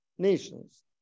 nations